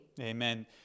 Amen